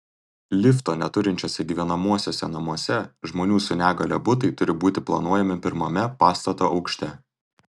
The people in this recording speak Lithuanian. lifto neturinčiuose gyvenamuosiuose namuose žmonių su negalia butai turi būti planuojami pirmame pastato aukšte